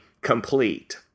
complete